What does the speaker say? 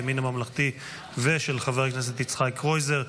הימין הממלכתי ושל חבר הכנסת יצחק קרויזר.